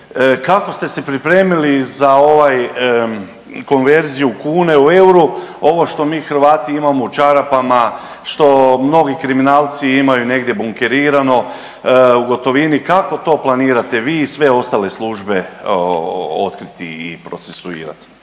kako ste se pripremili za ovaj konverziju kune u euro ovo što mi Hrvati imamo u čarapama, što mnogi kriminalci imaju negdje bunkerirano u gotovini, kako to planirate vi i sve ostale službe otkriti i procesuirati?